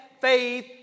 faith